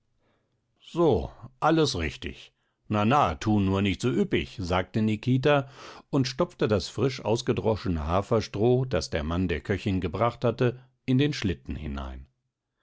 so alles richtig na na tu nur nicht so üppig sagte nikita und stopfte das frisch ausgedroschene haferstroh das der mann der köchin gebracht hatte in den schlitten hinein